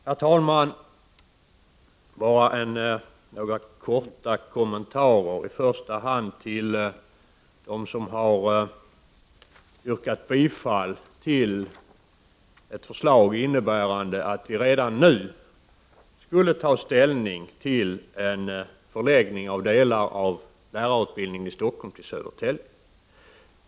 Herr talman! Bara några korta kommentarer, i första hand till dem som har yrkat bifall till förslag innebärande att vi redan nu skulle ta ställning till en förläggning av delar av lärarutbildningen i Stockholm till Södertälje.